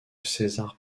cesare